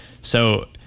So-